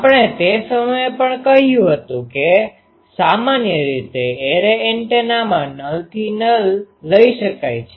આપણે તે સમયે પણ કહ્યું હતું કે સામાન્ય રીતે એરે એન્ટેનામાં નલથી નલ લઈ શકાય છે